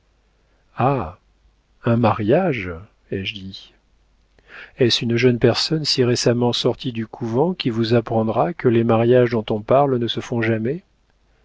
un mariage ai-je dit est-ce une jeune personne si récemment sortie du couvent qui vous apprendra que les mariages dont on parle ne se font jamais